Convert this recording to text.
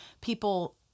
people